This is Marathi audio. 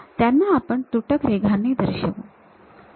त्यांना आपण तुटक रेघांनी दर्शवू